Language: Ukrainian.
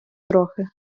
трохи